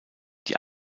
die